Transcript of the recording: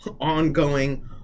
ongoing